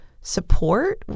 support